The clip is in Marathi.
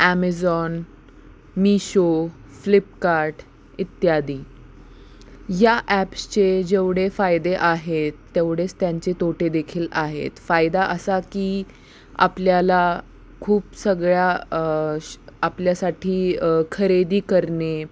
ॲमेझॉन मीशो फ्लिपकार्ट इत्यादी या ॲप्सचे जेवढे फायदे आहेत तेवढेच त्यांचे तोटेदखील आहेत फायदा असा की आपल्याला खूप सगळ्या श आपल्यासाठी खरेदी करणे